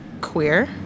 queer